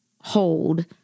hold